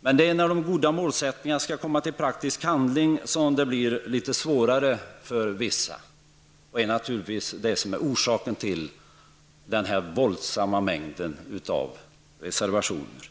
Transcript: Men det är när de målsättningarna skall omsättas i praktisk handling som det blir litet svårare för vissa, och det är naturligtvis det som är orsaken till den mycket stora mängden av reservationer.